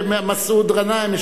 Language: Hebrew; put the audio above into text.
מסעוד גנאים,